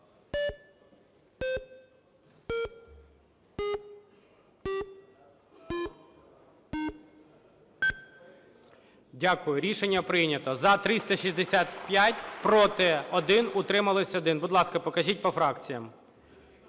Дякую, рішення прийнято. За – 365, проти – 1, утримались – 1. Будь ласка, покажіть по фракціях.